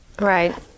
Right